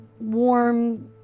warm